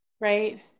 Right